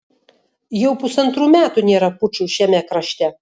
jau pusantrų metų nėra pučų šiame krašte